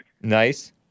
Nice